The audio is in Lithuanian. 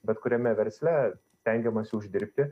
bet kuriame versle stengiamasi uždirbti